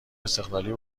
استقلالی